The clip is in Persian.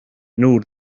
نور